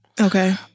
okay